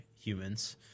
humans